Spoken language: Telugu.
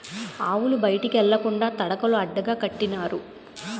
ఆవులు బయటికి ఎల్లకండా తడకలు అడ్డగా కట్టినారు